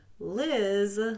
Liz